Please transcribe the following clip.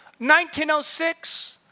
1906